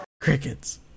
Crickets